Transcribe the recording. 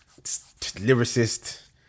lyricist